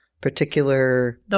particular